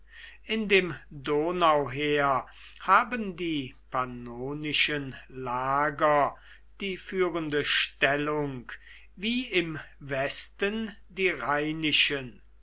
in dem donauheer haben die pannonischen lager die führende stellung wie im westen die